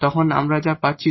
তখন আমরা এখানে যা পাচ্ছি